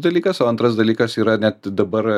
dalykas o antras dalykas yra net dabar